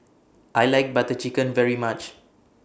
I like Butter Chicken very much